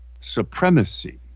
supremacy